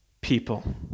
people